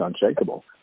unshakable